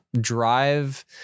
drive